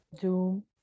Zoom